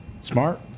smart